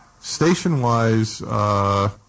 Station-wise